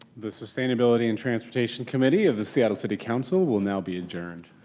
the sustainability and transportation committee of the seattle city council will now be adjourned.